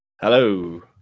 Hello